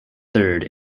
third